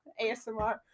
ASMR